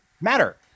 matter